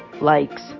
likes